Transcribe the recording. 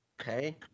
okay